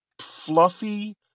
fluffy